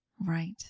Right